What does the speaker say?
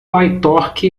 pytorch